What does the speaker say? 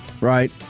right